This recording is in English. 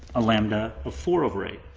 a lambda of four over eight.